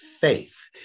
faith